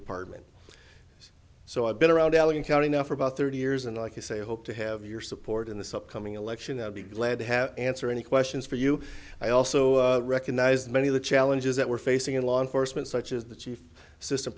department so i've been around allen county now for about thirty years and like you say i hope to have your support in this upcoming election i'll be glad to have answer any questions for you i also recognize many of the challenges that we're facing in law enforcement such as the chief